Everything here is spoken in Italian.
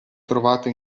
trovato